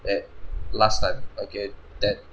at last time okay that